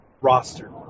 roster